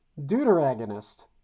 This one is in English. Deuteragonist